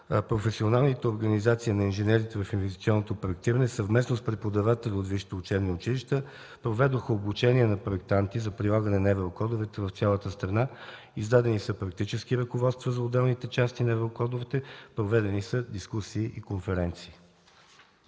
професионалните организации на инженерите в инвестиционното проектиране, съвместно с преподаватели от висшите учебни училища, проведоха обучение на проектанти за прилагане на еврокодовете в цялата страна. Издадени са практически ръководства за отделните части на еврокодовете. Проведени са дискусии и конференции.